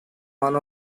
one